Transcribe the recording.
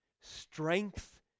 Strength